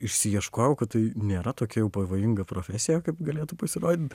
išsiieškojau kad tai nėra tokia jau pavojinga profesija kaip galėtų pasirodyt